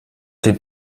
den